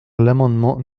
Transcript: l’amendement